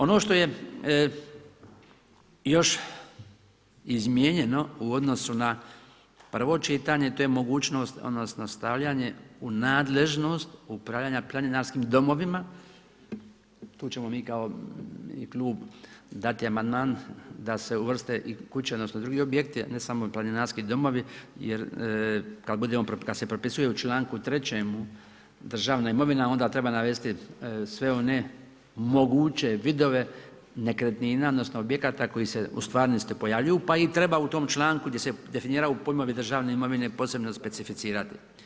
Ono što je još izmijenjeno u odnosu na prvo čitanje, to je mogućnost odnosno stavljanje u nadležnost upravljanja planinarskim domovima, tu ćemo mi kao i klub dati amandman da se uvrste i kuće odnosno i drugi objekti a ne samo planinarski domovi jer kad se propisuje u članku 3. državna imovina, onda treba navesti sve one moguće vidove nekretnina odnosno objekata koji se u stvarnosti pojavljuju pa ih treba u tom članku gdje se definiraju pojmovi državne imovine, posebno specificirati.